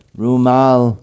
rumal